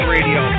Radio